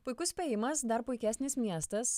puikus spėjimas dar puikesnis miestas